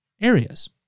areas